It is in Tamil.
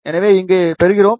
எனவே இங்கே பெறுகிறோம்